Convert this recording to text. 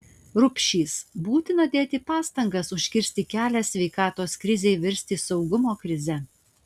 rupšys būtina dėti pastangas užkirsti kelią sveikatos krizei virsti saugumo krize